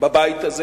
בבית הזה.